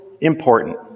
important